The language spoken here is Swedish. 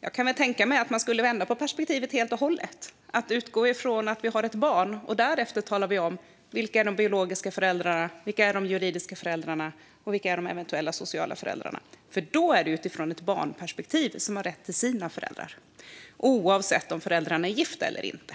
Jag kan tänka mig att man vänder på perspektivet helt och hållet och i stället utgår från att vi har ett barn och därefter tala om vilka de biologiska föräldrarna, de juridiska föräldrarna och de eventuella sociala föräldrarna är. Då är det utifrån ett barnperspektiv, där barnet har rätt till sina föräldrar oavsett om de är gifta eller inte.